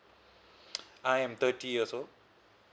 I'm thirty years old